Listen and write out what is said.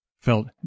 felt